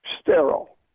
sterile